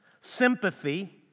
sympathy